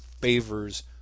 favors